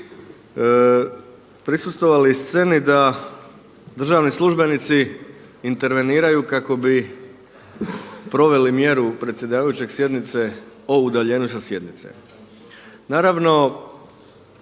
prisustvovali sceni da državni službenici interveniraju kako bi proveli mjeru predsjedavajućeg sjednici o udaljenju sa sjednice. Naravno